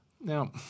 Now